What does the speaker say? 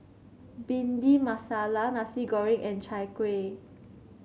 Bhindi Masala Nasi Goreng and Chai Kuih